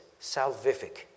salvific